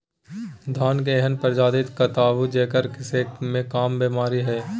धान के एहन प्रजाति बताबू जेकरा मे कम बीमारी हैय?